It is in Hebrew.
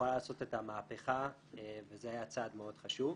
יכולה לעשות את המהפכה וזה היה צעד מאוד חשוב.